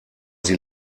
sie